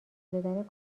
دادن